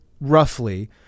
roughly